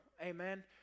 amen